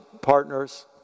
partners